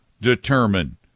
determine